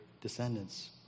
descendants